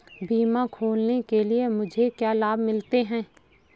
बीमा खोलने के लिए मुझे क्या लाभ मिलते हैं?